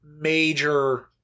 major